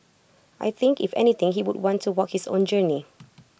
I think if anything he would want to work his own journey